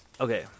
Okay